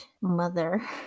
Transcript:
mother